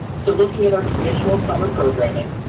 so looking at our traditional summer programming,